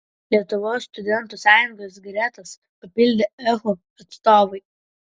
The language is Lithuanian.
lietuvos studentų sąjungos gretas papildė ehu atstovai